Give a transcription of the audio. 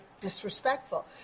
disrespectful